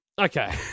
Okay